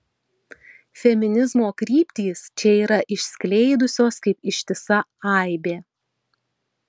feminizmo kryptys čia yra išskleidusios kaip ištisa aibė